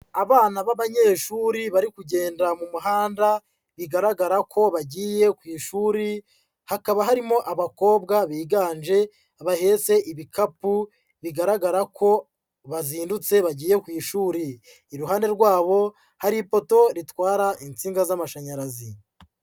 Abana b'abanyeshuri bari kugenda mu muhanda, bigaragara ko bagiye ku ishuri, hakaba harimo abakobwa biganje bahetse ibikapu bigaragara ko bazindutse bagiye ku ishuri. Iruhande rwabo hari ipoto ritwara insinga z'amashanyarazi.